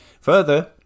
Further